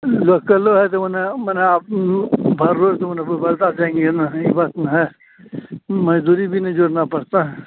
local भी है तो माने माने आप भर रोज के माने पैसा चाहिए ना यह बात नहीं है मजदूरी भी न जोड़नी पड़ती है